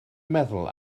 meddwl